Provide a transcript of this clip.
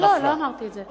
לא, לא, לא אמרתי את זה.